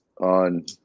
on